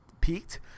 peaked